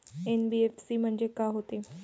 NBFC म्हणजे का होते?